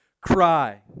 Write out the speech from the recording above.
Cry